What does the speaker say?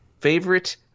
Favorite